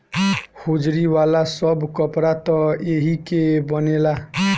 hosiery वाला सब कपड़ा त एही के बनेला